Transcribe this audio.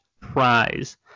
prize